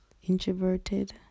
introverted